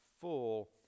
full